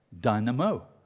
dynamo